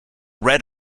red